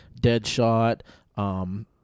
Deadshot